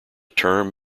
term